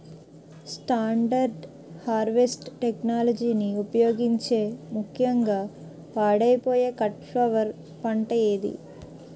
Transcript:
Standard harvest టెక్నాలజీని ఉపయోగించే ముక్యంగా పాడైపోయే కట్ ఫ్లవర్ పంట ఏది?